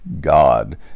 God